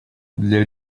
для